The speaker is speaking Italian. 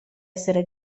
essere